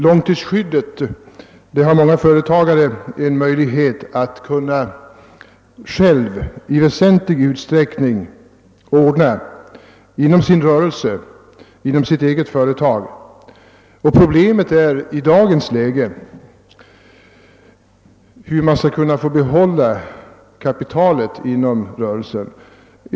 Långtidsskyddet har många företagare möjlighet att i väsentlig utsträckning själva ordna inom sitt eget företag. I dagens läge är problemet hur man skall kunna behålla kapitalet inom rörelsen.